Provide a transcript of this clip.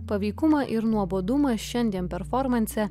paveikumą ir nuobodumą šiandien performanse